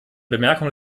bemerkung